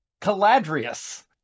Caladrius